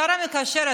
השר המקשר,